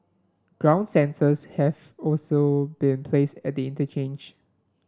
ground sensors have also been placed at the interchange